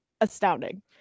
astounding